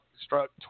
struck